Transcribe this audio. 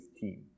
team